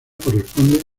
corresponde